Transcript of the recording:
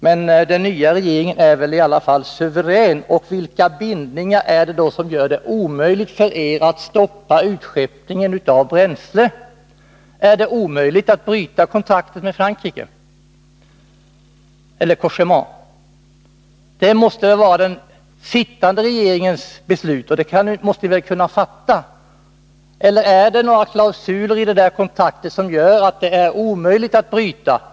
Men den nya regeringen är väl i alla fall suverän. Vilka bindningar skulle det vara som gör det omöjligt för er att stoppa utskeppningen av bränsle? Är det omöjligt att bryta kontraktet med Cogéma? Beslutet måste väl vara den sittande regeringens, och det måste ni väl kunna fatta. Eller finns det några klausuler i kontraktet som gör det omöjligt att bryta det?